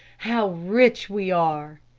how rich we are!